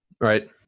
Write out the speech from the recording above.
Right